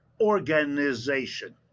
organization